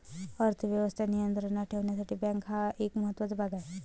अर्थ व्यवस्था नियंत्रणात ठेवण्यासाठी बँका हा एक महत्त्वाचा भाग आहे